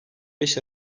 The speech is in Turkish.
beş